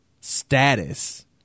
status